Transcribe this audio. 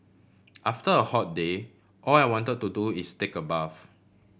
after a hot day all I want to do is take a bath